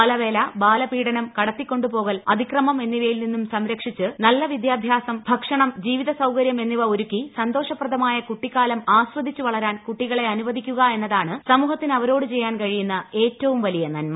ബാലവേല ബാലപീഡനം കടത്തിക്കൊണ്ടുപ്പോക്ടൽ അതിക്രമം എന്നിവയിൽ നിന്നും സംരക്ഷിച്ച് നല്ല വിദ്യാഭ്യാസം ഭക്ഷണം ജീവിതസൌകര്യം എന്നിവ ഒരുക്കി സന്തോഷ്ടപ്പ്രദ്മായ കുട്ടിക്കാലം ആസ്വദിച്ചു വളരാൻ കൂട്ടികളെ അനുവദിക്കുക് എന്നതാണ് സമൂഹത്തിന് അവരോട് ചെയ്യാൻ കഴിയുന്ന ഏറ്റവും വലിയ നന്മ